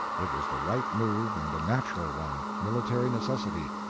it was the right move and the natural one military necessity,